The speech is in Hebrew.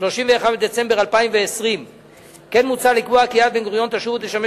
31 בדצמבר 2020. כן מוצע לקבוע כי "יד בן-גוריון" תשוב ותשמש